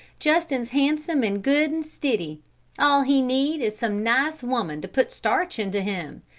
justin's handsome and good and stiddy all he need is some nice woman to put starch into him.